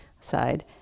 side